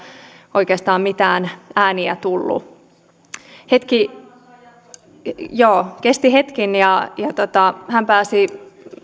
oikeastaan mitään ääniä tullut kesti hetken ja ja hän pääsi